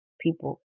people